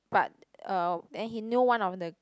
but uh and he knew one of the